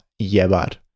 Llevar